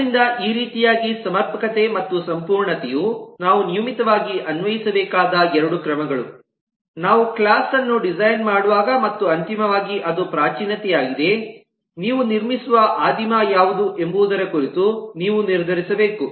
ಆದ್ದರಿಂದ ಈ ರೀತಿಯಾಗಿ ಸಮರ್ಪಕತೆ ಮತ್ತು ಸಂಪೂರ್ಣತೆಯು ನಾವು ನಿಯಮಿತವಾಗಿ ಅನ್ವಯಿಸಬೇಕಾದ ಎರಡು ಕ್ರಮಗಳು ನಾವು ಕ್ಲಾಸ್ ಅನ್ನು ಡಿಸೈನ್ ಮಾಡುವಾಗ ಮತ್ತು ಅಂತಿಮವಾಗಿ ಅದು ಪ್ರಾಚೀನತೆಯಾಗಿದೆ ನೀವು ನಿರ್ಮಿಸುವ ಆದಿಮ ಯಾವುದು ಎಂಬುದರ ಕುರಿತು ನೀವು ನಿರ್ಧರಿಸಬೇಕು